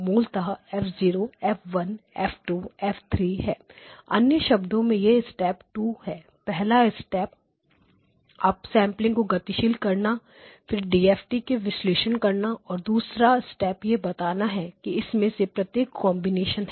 मूलतः F0 F1 F2 F3 है अन्य शब्दों में यह स्टेप 2 है पहला स्टेप अप सेंपलिंग को गतिशील करना फिर डीएफटी DFT का विश्लेषण करना है दूसरा स्टेप यह बताता है कि इनमें से प्रत्येक में कॉन्बिनेशन है